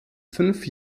fünf